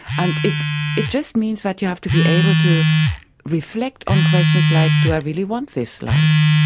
and it it just means that you have to be able to reflect on questions like do i really want this life?